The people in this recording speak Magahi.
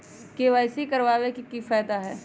के.वाई.सी करवाबे के कि फायदा है?